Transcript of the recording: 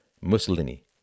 Mussolini